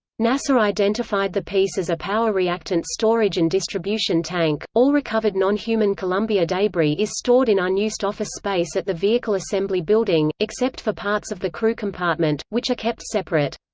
nasa identified the piece as a power reactant storage and distribution tank all recovered non-human columbia debris is stored in unused office space at the vehicle assembly building, except for parts of the crew compartment, which are kept separate.